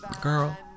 Girl